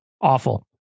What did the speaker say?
Awful